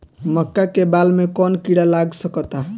मका के बाल में कवन किड़ा लाग सकता?